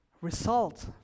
result